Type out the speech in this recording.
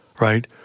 right